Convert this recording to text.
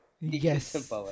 Yes